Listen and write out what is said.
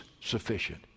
sufficient